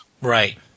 Right